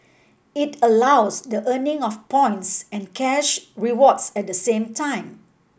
it allows the earning of points and cash rewards at the same time